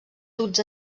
duts